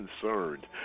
concerned